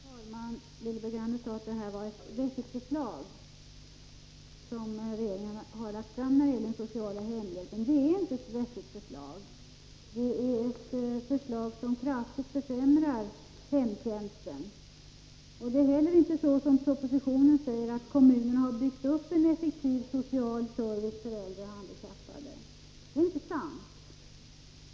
Fru talman! Lilly Bergander sade att det var ett vettigt förslag som regeringen hade lagt fram när det gäller den sociala hemhjälpen. Men det är inte ett vettigt förslag, utan ett förslag som kraftigt försämrar hemtjänsten. Det är inte heller så som det sägs i propositionen: att kommunerna har byggt upp en effektiv social service för äldre och handikappade.